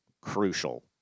crucial